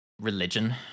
religion